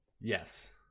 Yes